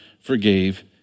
forgave